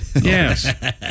Yes